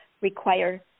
require